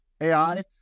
AI